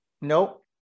Nope